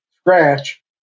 scratch